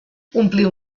ompliu